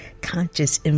conscious